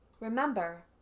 Remember